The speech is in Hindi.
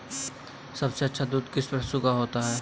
सबसे अच्छा दूध किस पशु का होता है?